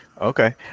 Okay